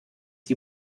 die